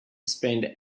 spend